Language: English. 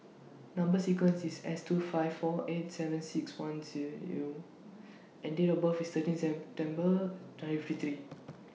Number sequence IS S two five four eight seven six one C U and Date of birth IS thirteen's twenty fifty